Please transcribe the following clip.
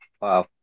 Wow